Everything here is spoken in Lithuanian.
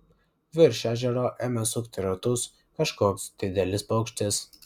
virš ežero ėmė sukti ratus kažkoks didelis paukštis